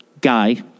guy